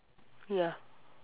ya